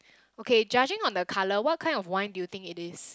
okay judging on the colour what kind of wine do you think it is